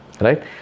right